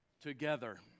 together